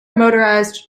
motorized